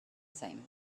same